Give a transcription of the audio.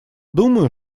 думаю